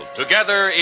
together